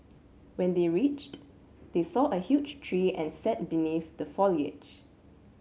when they reached they saw a huge tree and sat beneath the foliage